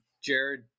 Jared –